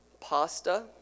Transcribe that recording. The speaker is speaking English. pasta